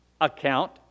account